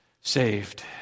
saved